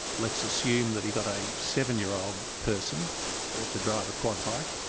let's assume that he got a seven year old person to drive a quad bike,